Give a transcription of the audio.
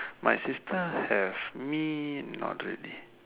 my sister have me not really